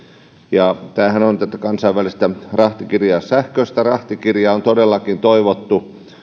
ja tämähän on tätä kansainvälistä rahtikirjaa sähköistä rahtikirjaa on todellakin toivottu